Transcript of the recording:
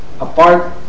apart